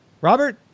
Robert